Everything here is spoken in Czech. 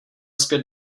zpět